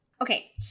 Okay